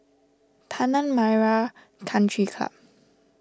Tanah Merah Country Club